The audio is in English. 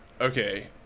Okay